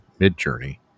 MidJourney